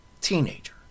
Teenager